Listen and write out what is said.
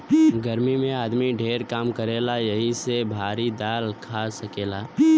गर्मी मे आदमी ढेर काम करेला यही से भारी दाल खा सकेला